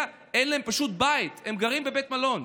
פשוט אין להם בית והם גרים בבית מלון.